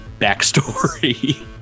backstory